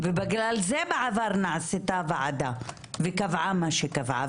ובגלל זה בעבר נעשתה ועדה וקבעה מה שקבעה.